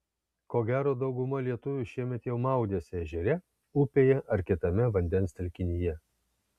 ko gero dauguma lietuvių šiemet jau maudėsi ežere upėje ar kitame vandens telkinyje